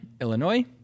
Illinois